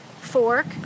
fork